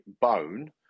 bone